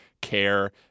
care